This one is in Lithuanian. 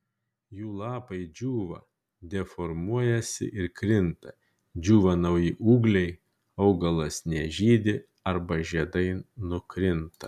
jų lapai džiūva deformuojasi ir krinta džiūva nauji ūgliai augalas nežydi arba žiedai nukrinta